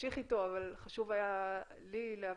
נמשיך איתו אבל חשוב היה לי להביא,